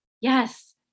Yes